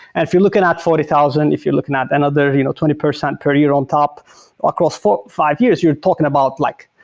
and if you're looking at forty thousand, if you're looking at another you know twenty percent per year on top across four, five years, you're talking about like